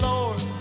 Lord